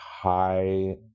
high